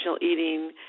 eating